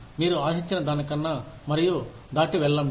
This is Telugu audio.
మీరు ఆశించిన దానికన్నా మరియు దాటి వెళ్ళండి